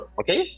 Okay